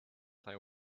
play